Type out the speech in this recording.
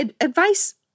Advice